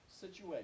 situation